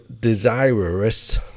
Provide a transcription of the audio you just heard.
desirous